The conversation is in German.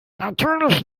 natürlich